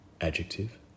Adjective